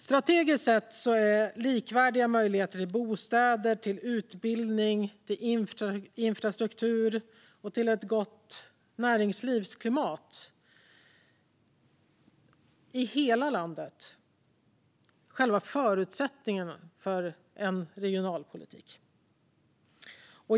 Strategiskt sett är likvärdiga möjligheter till bostäder, utbildning, infrastruktur och ett gott näringslivsklimat i hela landet själva förutsättningarna för en regional politik.